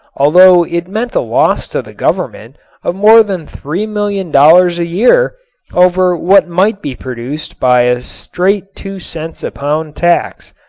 although it meant a loss to the government of more than three million dollars a year over what might be produced by a straight two cents a pound tax.